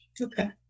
okay